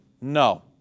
No